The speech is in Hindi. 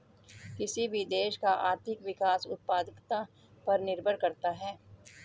किसी भी देश का आर्थिक विकास उत्पादकता पर निर्भर करता हैं